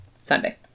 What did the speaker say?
Sunday